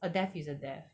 a death is a death